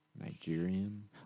Nigerian